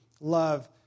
Love